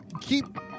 keep